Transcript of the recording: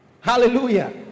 Hallelujah